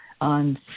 on